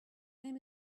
name